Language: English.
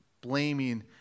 blaming